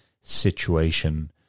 situation